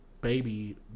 baby